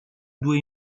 due